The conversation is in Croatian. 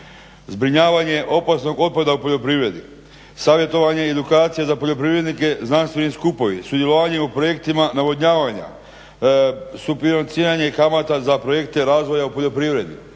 zbrinjavanje opasnog otpada u poljoprivredi, savjetovanje i edukacija za poljoprivrednike, znanstveni skupovi, sudjelovanje u projektima navodnjavanja, sufinanciranje kamata za projekte razvoja u poljoprivredi.